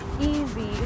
easy